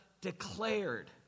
declared